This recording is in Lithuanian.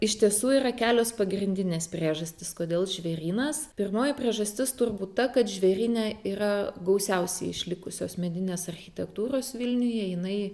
iš tiesų yra kelios pagrindines priežastis kodėl žvėrynas pirmoji priežastis turbūt ta kad žvėryne yra gausiausiai išlikusios medinės architektūros vilniuje jinai